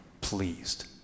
pleased